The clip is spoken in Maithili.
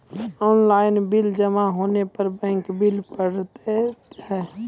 ऑनलाइन बिल जमा होने पर बैंक बिल पड़तैत हैं?